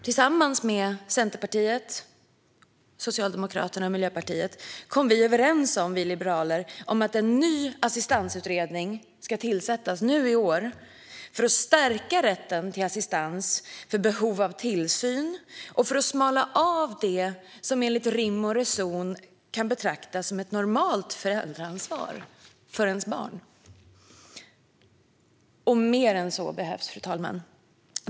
Tillsammans med Centerpartiet, Socialdemokraterna och Miljöpartiet har vi liberaler kommit överens om att en ny assistansutredning ska tillsättas nu i år för att stärka rätten till assistans för behov av tillsyn och för att smalna av det som enligt rim och reson kan betraktas som ett normalt föräldraansvar för ett barn. Och mer än så behövs, fru talman.